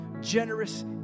generous